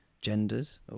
genders